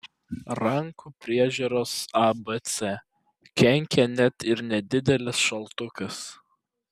rankų priežiūros abc kenkia net ir nedidelis šaltukas